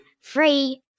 Free